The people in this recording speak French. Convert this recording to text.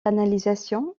canalisation